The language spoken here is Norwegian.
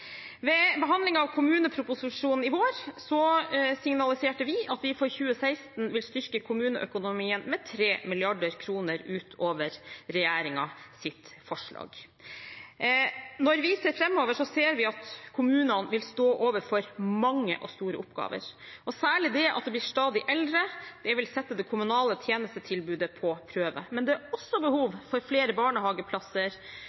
Ved behandlingen av kommuneproposisjonen i vår signaliserte vi at vi for 2016 vil styrke kommuneøkonomien med 3 mrd. kr utover regjeringens forslag. Når vi ser framover, ser vi at kommunene vil stå overfor mange og store oppgaver. Særlig det at det blir stadig flere eldre, vil sette det kommunale tjenestetilbudet på prøve. Men det er også behov for flere barnehageplasser